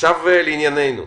עכשיו לענייננו.